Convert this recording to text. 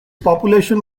population